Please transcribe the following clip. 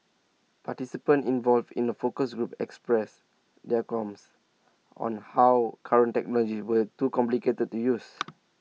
participants involved in the focus groups expressed their qualms on how current technologies were too complicated to use